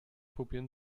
probieren